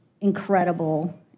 incredible